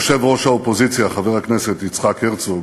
יושב-ראש האופוזיציה חבר הכנסת יצחק הרצוג